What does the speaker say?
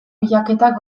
bilaketak